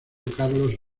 carlos